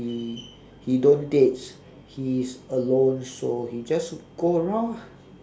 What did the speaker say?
he he don't date he is alone so he just go around ah